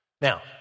Now